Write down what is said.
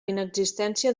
inexistència